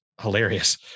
hilarious